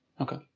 Okay